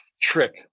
Trick